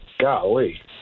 golly